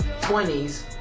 20s